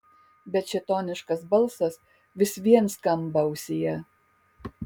bet šėtoniškas balsas vis vien skamba ausyje